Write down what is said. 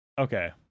okay